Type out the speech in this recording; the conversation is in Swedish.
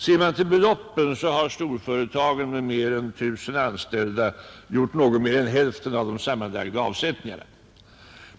Ser man till beloppen, har storföretagen med mer än 1000 anställda gjort något mer än hälften av de sammanlagda insättningarna.